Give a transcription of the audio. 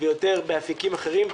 ויותר באפיקים אחרים.